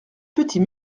petits